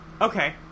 Okay